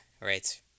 right